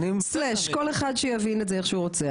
כל אחד שיבין את זה איך שהוא רוצה,